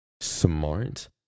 smart